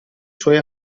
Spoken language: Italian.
suoi